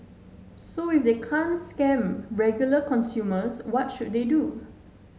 so if they can't scam regular consumers what should they do